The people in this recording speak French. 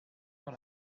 dans